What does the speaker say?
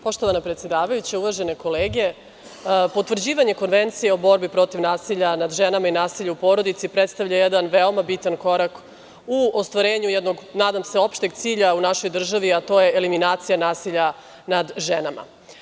Poštovana predsedavajuća, uvažene kolege, potvrđivanje Konvencije o borbi protiv nasilja nad ženama i nasilja u porodici predstavlja jedan veoma bitan korak u ostvarenju jednog, nadam se, opšteg cilja u našoj državi a to je eliminacija nasilja nad ženama.